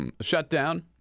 shutdown